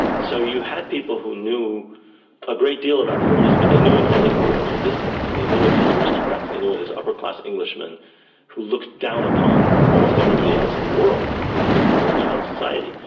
so you had people who knew a great deal about the middle east but they knew it, as it were, from a distance, they knew it aristocrats, they knew it as upper-class englishmen who looked down upon almost everybody else in the world, including people in their own society,